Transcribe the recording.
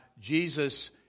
Jesus